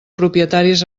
propietaris